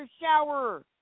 shower